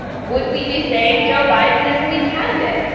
would we be saying joe biden is a weak candidate?